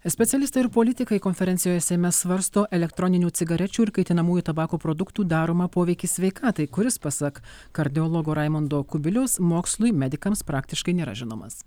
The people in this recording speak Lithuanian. specialistai ir politikai konferencijoj seime svarsto elektroninių cigarečių ir kaitinamųjų tabako produktų daromą poveikį sveikatai kuris pasak kardiologo raimundo kubiliaus mokslui medikams praktiškai nėra žinomas